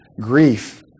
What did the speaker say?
Grief